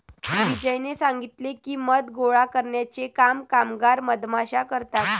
विजयने सांगितले की, मध गोळा करण्याचे काम कामगार मधमाश्या करतात